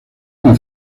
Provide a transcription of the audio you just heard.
una